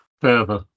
further